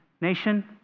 nation